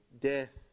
death